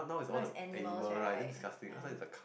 now is animals right